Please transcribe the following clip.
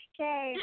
Okay